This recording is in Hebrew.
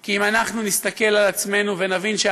כי אם אנחנו נסתכל על עצמנו ונבין,